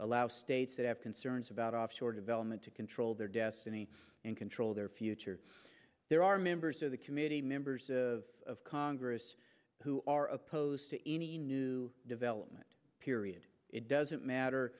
allow states that have concerns about offshore development to control their destiny and control their future there are members of the committee members of congress who are opposed to any new development period it doesn't matter